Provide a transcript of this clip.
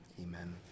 amen